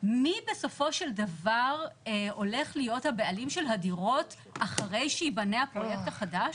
מי בסופו של דבר הולך להיות הבעלים של הדירות אחרי שיבנה הפרויקט החדש?